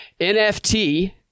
NFT